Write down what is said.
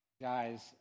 guys